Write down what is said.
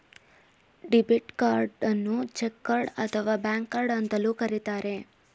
debit ಕಾರ್ಡನ್ನು check card ಅಥವಾ bank card ಅಂತಲೂ ಕರಿತರೆ